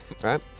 right